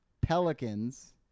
Pelicans